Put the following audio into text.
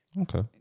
Okay